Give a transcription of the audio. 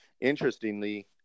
interestingly